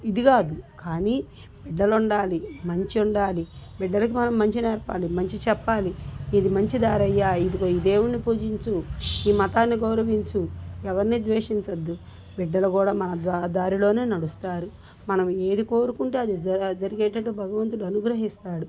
ఇది కాదు కానీ బిడ్డలుండాలి మంచిండాలి బిడ్డలకి మనం మంచి నేర్పాలి మంచి చెప్పాలి ఇది మంచి దారయ్యా ఇదిగో ఈ దేవున్ని పూజించు మీ మతాన్ని గౌరవించు ఎవరిని ద్వేషించద్దు బిడ్డలు కూడా మన దారిలోనే నడుస్తారు మనం ఏది కోరుకుంటే అది జ జరిగేటట్టు భగవంతుడు అనుగ్రహిస్తాడు